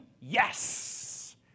yes